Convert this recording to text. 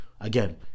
again